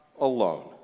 alone